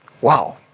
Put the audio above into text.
Wow